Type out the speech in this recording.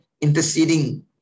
interceding